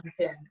LinkedIn